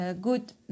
good